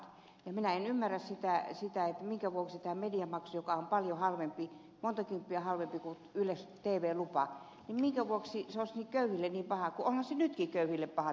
minä en ymmärrä sitä minkä vuoksi tämä mediamaksu joka on paljon halvempi monta kymppiä halvempi kuin tv lupa olisi köyhille niin paha kun onhan se nytkin köyhille paha tämä tv lupa